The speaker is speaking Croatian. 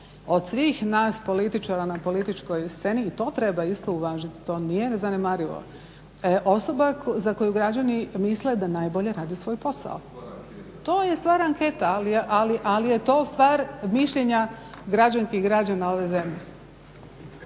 od svih nas političara na političkoj sceni, i to treba isto uvažiti, to nije zanemarivo, osoba za koju građani misle da najbolje radi svoj posao. To je stvar anketa, ali je to stvar mišljenja građanki i građana ove zemlje.